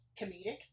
comedic